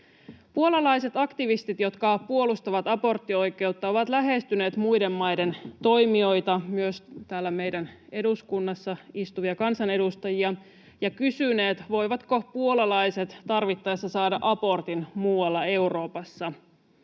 Puolalaiset aktivistit, jotka puolustavat aborttioikeutta, ovat lähestyneet muiden maiden toimijoita, myös täällä meidän eduskunnassa istuvia kansanedustajia, ja kysyneet, voivatko puolalaiset tarvittaessa saada abortin muualla Euroopassa.